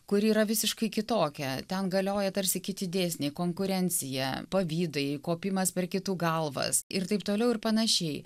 kuri yra visiškai kitokia ten galioja tarsi kiti dėsniai konkurencija pavydai kopimas per kitų galvas ir taip toliau ir panašiai